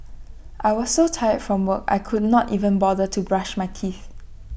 I was so tired from work I could not even bother to brush my teeth